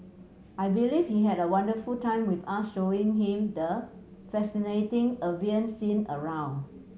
I believe he had a wonderful time with us showing him the fascinating avian scene around